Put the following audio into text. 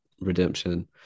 redemption